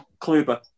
Kluber